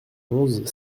onze